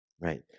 Right